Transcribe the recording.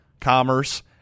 commerce